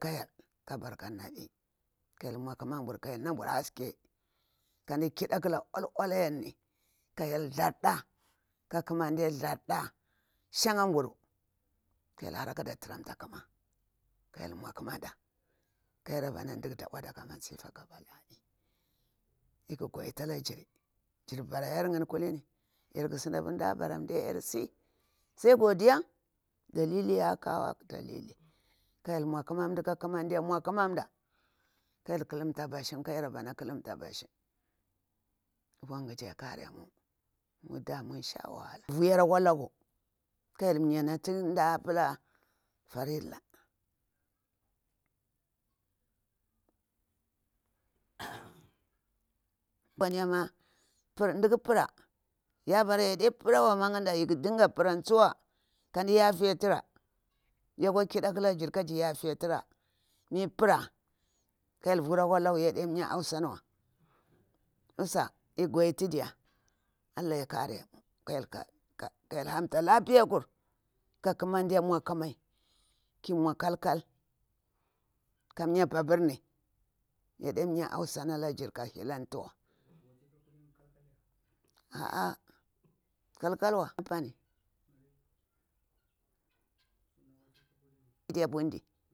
Ka hyel ka barkar naɓi kah hyel nmwa ƙumaburu ƙah hyel nabur haske. kadi kida akula uwaltuwal yarni ka hyel thurda, ka ƙumade thurda shakha nburu ka yayel hara kaɗa trianta ƙuma, ka hyel nmwa ƙumada ka ya rabana ɗuƙu th ɗupuwada kamasifa ka bala'l gudita ala chiri. Jir ɓarayar ngani kulini yaƙu sandi ɗah baraya adiya yarksi sai gudiyan dalili yakwu dali. Ka hyel nmwa ƙa ƙumanɗe nmwa ƙumanɗa kah hyel ƙulumta bashi, ka yarabawa ƙulumta bashim. Ubagiji ya karimu muda munsha wahala vu yaru akwa laku kaya mi ɗa pala farila. apayama ndiƙu para yabara yaɗe para gagude lƙu dinga tsuwa kadi yafi tire, ya kwa ƙida a kala jiri kaji yafi tira. mi para ka hyel vura kwa laku yamiye hausan wa. usa lk gwadi tidi ya allah yakari ku, kaka hyel hamta, lafiyaku, ka ƙumade nmwa ƙumi ki nmwa ƙal- kal ka miya pabur ni, ya miya hausa alajir wa ka hilantiwa aa kal- kal we apani diya burda.